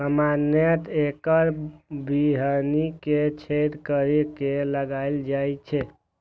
सामान्यतः एकर बीहनि कें छेद करि के लगाएल जाइ छै